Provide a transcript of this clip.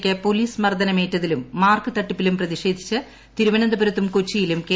യ്ക്ക് പോലീസ് മർദ്ദനമേറ്റതിലും മാർക്ക് തട്ടിപ്പിലും പ്രതിഷേധിച്ച് തിരുവനന്തപുരത്തും കൊച്ചിയിലും കെ